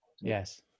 Yes